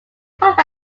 provide